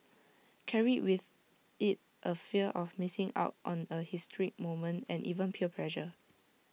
carried with IT A fear of missing out on A historic moment and even peer pressure